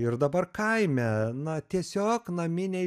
ir dabar kaime na tiesiog naminiai